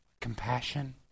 Compassion